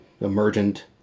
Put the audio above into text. emergent